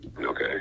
Okay